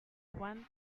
one